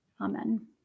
amen